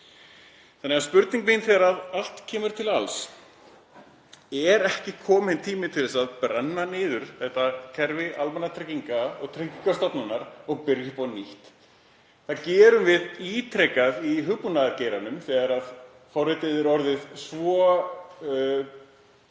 dag. Spurning mín er, þegar allt kemur til alls: Er ekki kominn tími til að brenna niður þetta kerfi almannatrygginga og Tryggingastofnunar og byrja upp á nýtt? Það gerum við ítrekað í hugbúnaðargeiranum þegar forritið er orðið svo